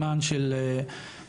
זמן של התנגדויות,